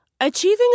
Achieving